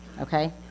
Okay